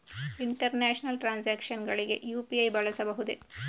International transactions ಗಳಿಗೆ UPI ಬಳಸಬಹುದೇ?